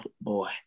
Boy